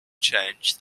changed